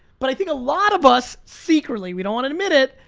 but i think a lot of us secretly, we don't wanna admit it,